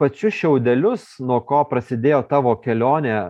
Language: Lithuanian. pačius šiaudelius nuo ko prasidėjo tavo kelionė